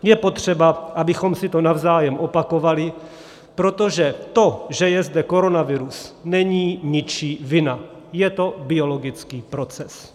Je potřeba, abychom si to navzájem opakovali, protože to, že je zde koronavirus, není ničí vina, je to biologický proces.